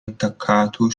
attaccato